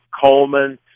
Coleman